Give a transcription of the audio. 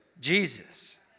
Jesus